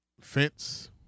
fence